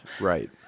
Right